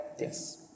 yes